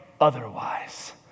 otherwise